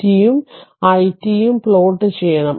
qt ഉം i t യും plot ചെയ്യണം